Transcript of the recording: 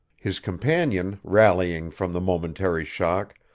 his companion, rallying from the momentary shock,